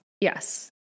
Yes